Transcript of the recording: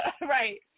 right